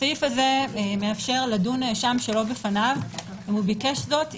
הסעיף הזה מאפשר לדון עם נאשם שלא בפניו אם ביקש זאת,